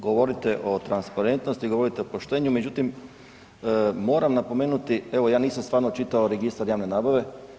Govorite o transparentnosti, govorite o poštenju, međutim, moramo napomenuti evo ja nisam stvarno čitao registar javne nabave.